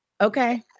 okay